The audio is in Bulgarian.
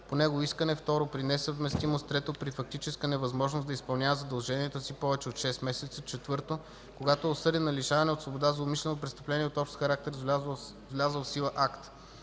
по негово искане; 2. при несъвместимост; 3. при фактическа невъзможност да изпълнява задълженията си повече от 6 месеца; 4. когато e осъден на лишаване от свобода за умишлено престъпление от общ характер с влязъл в сила акт;